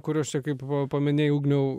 kuriuos čia kaip paminėjai ugniau